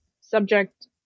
subject